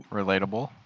relatable